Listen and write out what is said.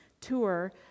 tour